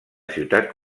ciutat